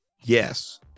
Yes